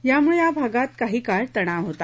यामुळे या भागात काही काळ तणाव होता